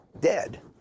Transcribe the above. dead